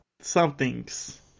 somethings